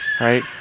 Right